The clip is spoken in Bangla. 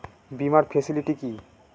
বীমার ফেসিলিটি কি?